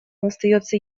остается